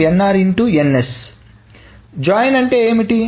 కాబట్టి జాయిన్ అంటే ఏమిటి